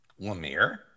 Lemire